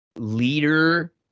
leader